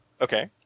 Okay